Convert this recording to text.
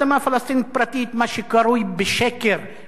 מה שקרוי בשקר "אדמות סקר",